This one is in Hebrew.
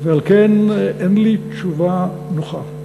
ועל כן אין לי תשובה נוחה.